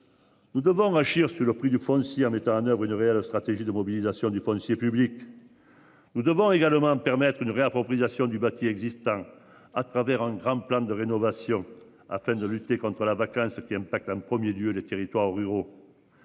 Nous devons agir sur le prix du. Si un État à Bruno et à la stratégie de mobilisation du foncier public. Nous devons également permettre une réappropriation du bâti existant à travers un grand plan de rénovation afin de lutter contre la vacance qui impacte un 1er lieu les territoires ruraux.